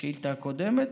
בשאילתה הקודמת,